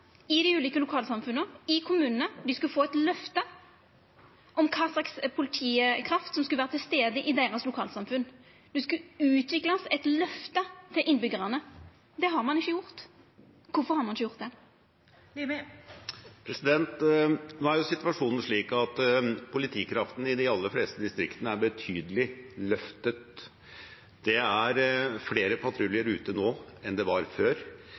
i dei ulike lokalsamfunna, i kommunane, skulle få eit løfte om kva slags politikraft som skulle vera til stades i deira lokalsamfunn. Det skulle utviklast eit løfte til innbyggjarane. Det har ein ikkje gjort. Kvifor har ein ikkje gjort det? Nå er jo situasjonen slik at politikraften i de aller fleste distriktene er betydelig løftet. Det er flere patruljer ute nå enn det var før.